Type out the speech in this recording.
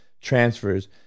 transfers